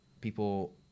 People